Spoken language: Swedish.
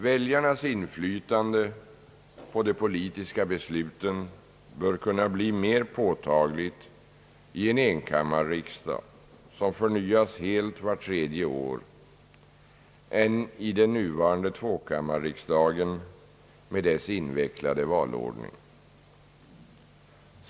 Väljarnas inflytande på de politiska besluten bör kunna bli mer påtagligt i en enkammarriksdag som förnyas helt vart tredje år än i den nuvarande tvåkammarriksdagen med dess invecklade valordning.